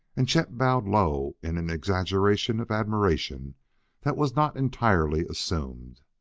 and chet bowed low in an exaggeration of admiration that was not entirely assumed.